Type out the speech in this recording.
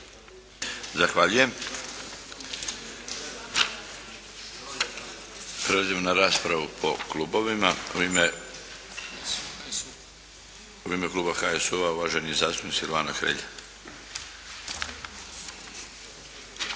Zahvaljujem. Prelazimo na raspravu po klubovima. U ime kluba HSU-a uvaženi zastupnik Silvano Hrelja.